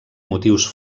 motius